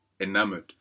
enamored